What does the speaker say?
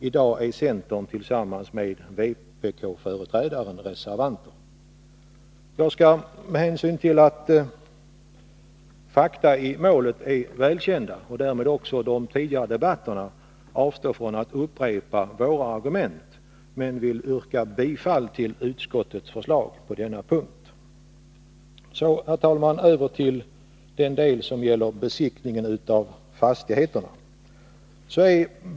I dag är centern tillsammans med vpk-företrädaren reservanter. Med hänsyn till att fakta i målet och därmed också de tidigare debatterna är välkända skall jag avstå från att upprepa våra argument och bara yrka bifall till utskottets förslag på denna punkt. Så, herr talman, över till den del som gäller besiktningen av fastigheterna.